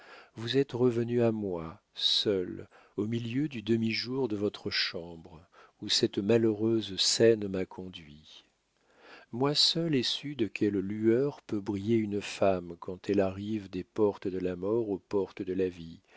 vous êtes revenue à moi seul au milieu du demi-jour de votre chambre où cette malheureuse scène m'a conduit moi seul ai su de quelles lueurs peut briller une femme quand elle arrive des portes de la mort aux portes de la vie